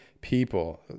people